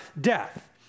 death